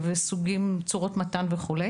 צורות מתן וכו'.